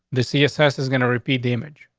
the css is going to repeat the image.